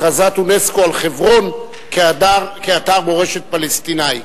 הכרזת אונסק"ו על חברון כאתר מורשת פלסטיני.